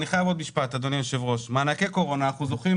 אנחנו זוכרים,